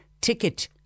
ticket